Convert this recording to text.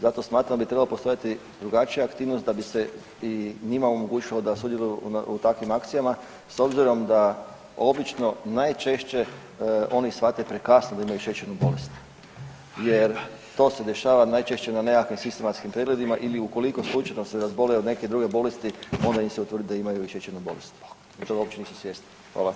Zato smatram da bi trebala postojati drugačija aktivnost da bi se i njima omogućilo da sudjeluju u takvim akcijama s obzirom da obično oni najčešće oni shvate prekasno da oni imaju šećernu bolest jer to se dešava na nekakvim sistematskim pregledima ili ukoliko slučajno se razbole od neke druge bolesti onda im se utvrdi da imaju i šećernu bolest, a toga uopće nisu svjesni.